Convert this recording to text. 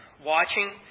watching